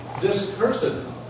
discursive